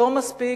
לא מספיק,